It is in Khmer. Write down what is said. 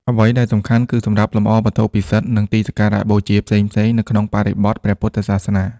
អ្វីដែលសំខាន់ គឺសម្រាប់លម្អវត្ថុពិសិដ្ឋ និងទីសក្ការៈបូជាផ្សេងៗ នៅក្នុងបរិបទព្រះពុទ្ធសាសនា។